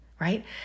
right